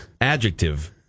adjective